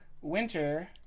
Winter